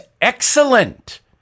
excellent